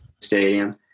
stadium